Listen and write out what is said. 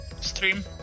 stream